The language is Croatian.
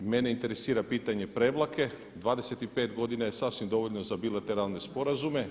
Mene interesira pitanje Prevlake, 25 godina je sasvim dovoljno za bilateralne sporazume.